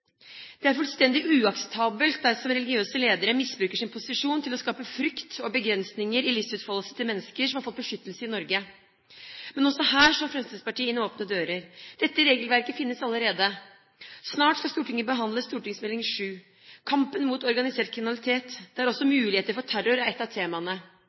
Det er fullstendig uakseptabelt dersom religiøse ledere misbruker sin posisjon til å skape frykt og begrensninger i livsutfoldelsen til mennesker som har fått beskyttelse i Norge. Men også her slår Fremskrittspartiet inn åpne dører. Dette regelverket finnes allerede. Snart skal Stortinget behandle Meld. St. 7 for 2010–2011, Kampen mot organisert kriminalitet, der også muligheter for terror er et av temaene.